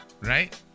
right